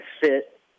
fit